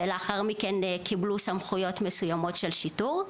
ולאחר מכן קיבלו סמכויות מסוימות של שיטור,